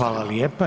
Hvala lijepa.